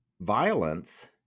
violence